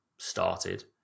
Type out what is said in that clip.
started